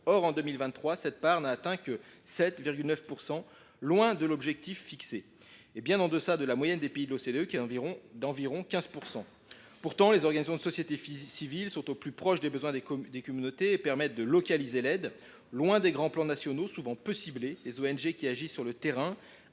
Or, en 2023, cette part n’a atteint que 7,9 %, loin de l’objectif fixé et bien en deçà de la moyenne des pays de l’OCDE, qui est d’environ 15 %. Pourtant, les organisations de la société civile (OSC) sont au plus proche des besoins des communautés et permettent de localiser l’aide. Loin des grands plans nationaux, souvent peu ciblés, les ONG qui agissent sur le terrain